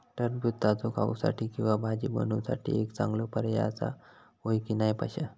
टरबूज ताजो खाऊसाठी किंवा भाजी बनवूसाठी एक चांगलो पर्याय आसा, होय की नाय पश्या?